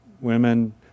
Women